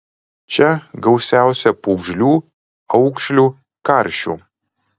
čia gausiausia pūgžlių aukšlių karšių